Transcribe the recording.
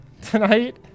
tonight